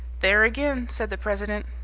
there again, said the president,